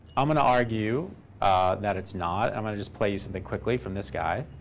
i'm going to argue that it's not. i'm going to just play you something quickly from this guy.